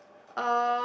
um